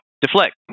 deflect